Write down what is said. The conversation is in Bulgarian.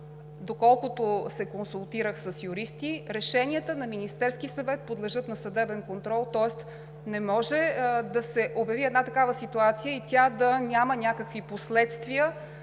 доколкото се консултирах с юристи, решенията на Министерския съвет подлежат на съдебен контрол, тоест не може да се обяви една такава ситуация и тя да няма някакви последствия